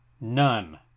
None